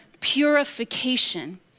purification